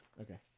Okay